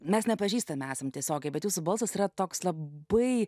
mes nepažįstame esam tiesiog bet jūsų balsas yra toks labai